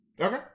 Okay